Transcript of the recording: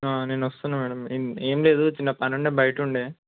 నేను వస్తున్నాను మ్యాడమ్ ఏమి ఏమి లేదు చిన్న పని ఉండి బయట ఉండే